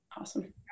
awesome